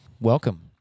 Welcome